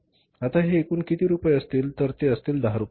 आता हे एकूण किती रुपये असतील तर ते असतील १० रुपये